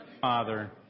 Father